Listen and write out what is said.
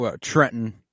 Trenton